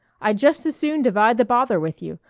i'd just as soon divide the bother with you,